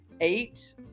eight